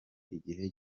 igihe